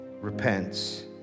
repents